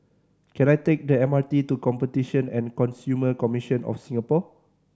can I take the M R T to Competition and Consumer Commission of Singapore